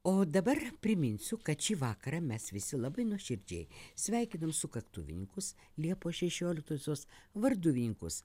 o dabar priminsiu kad šį vakarą mes visi labai nuoširdžiai sveikinam sukaktuvininkus liepos šešioliktosios varduvininkus